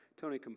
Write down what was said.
Tony